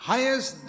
Highest